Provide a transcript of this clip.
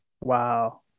wow